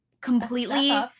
completely